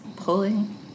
Pulling